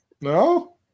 No